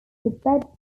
bedrock